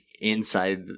inside